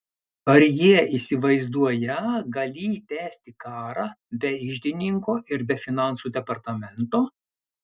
ar jie įsivaizduoją galį tęsti karą be iždininko ir be finansų departamento